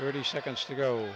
thirty seconds to go